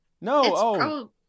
No